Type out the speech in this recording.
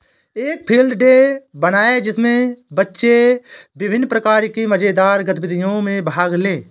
एक field day बनाएं जिसमें बच्चे विभिन्न प्रकार की मजेदार गतिविधियों में भाग लें